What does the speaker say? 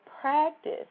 practice